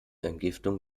entgiftung